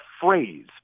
phrase